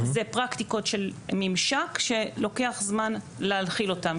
אלה פרקטיקות של ממשק שלוקח זמן להנחיל אותן,